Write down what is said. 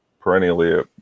perennially